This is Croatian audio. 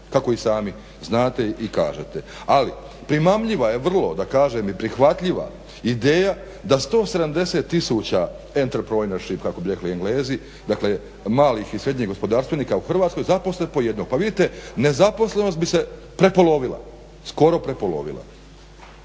kako i sami znate i kažete. Ali primamljiva je vrlo da kažem i prihvatljiva ideja da 170 tisuća … /Govornik se ne razumije./ … kako bi rekli Englezi dakle malih i srednjih gospodarstvenika u Hrvatskoj zaposle po jednog. Pa vidite, nezaposlenost bi se skoro prepolovila.